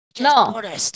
No